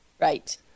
Right